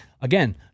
again